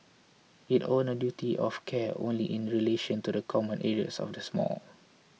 it owned a duty of care only in relation to the common areas of this mall